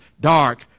dark